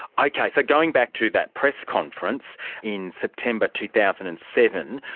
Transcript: okay, so going back to that press conference in september two thousand and seven,